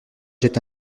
jette